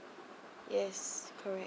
yes correct